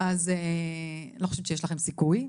אז לא חושבת שיש לכם סיכוי,